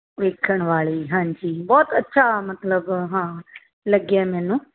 ਵੇਖਣ ਵਾਲੀ ਹਾਂਜੀ ਬਹੁਤ ਅੱਛਾ ਮਤਲਬ ਹਾਂ ਲੱਗਿਆ ਮੈਨੂੰ